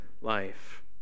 life